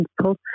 people